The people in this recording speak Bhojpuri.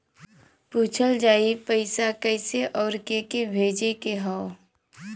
पूछल जाई पइसा कैसे अउर के के भेजे के हौ